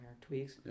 tweaks